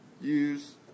use